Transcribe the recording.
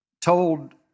told